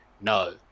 No